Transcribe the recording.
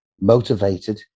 motivated